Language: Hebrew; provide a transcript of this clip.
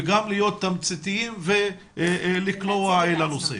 וגם להיות תמציתיים ולקלוע לנושא.